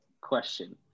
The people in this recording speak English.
question